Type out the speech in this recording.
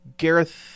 Gareth